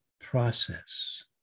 process